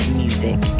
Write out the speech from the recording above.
music